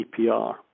EPR